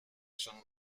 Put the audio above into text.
schon